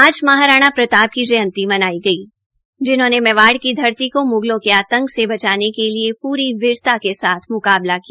आज महाराणा प्रताप की जयंती मनाई गई जिन्होंने मेवाड़ की धरती को म्गलों के आंतक से बचाने के लिये पूरी वीरता के साथ म्काबला किया